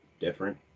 different